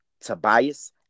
Tobias